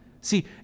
See